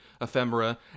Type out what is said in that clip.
ephemera